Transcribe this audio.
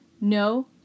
No